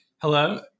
Hello